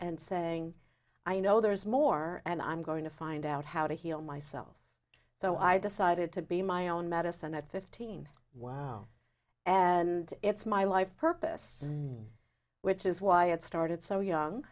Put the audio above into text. and saying i know there's more and i'm going to find out how to heal myself so i decided to be my own medicine at fifteen wow and it's my life purpose which is why it started so young